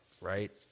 right